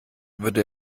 würde